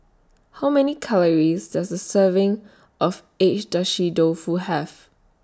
How Many Calories Does A Serving of Agedashi Dofu Have